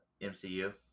MCU